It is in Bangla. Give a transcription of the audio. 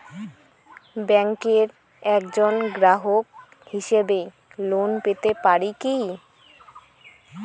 ব্যাংকের একজন গ্রাহক হিসাবে লোন পেতে পারি কি?